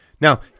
Now